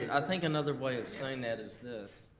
i think another way of saying that is this.